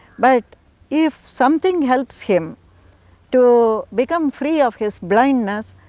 but if something helps him to become free of his blindness,